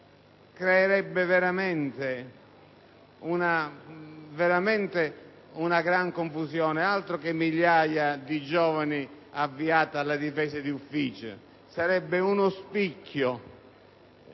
creerebbe veramente grande confusione. Altro che migliaia di giovani avviati alle difese d'ufficio: sarebbe uno spicchio